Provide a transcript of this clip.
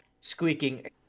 squeaking